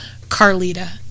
Carlita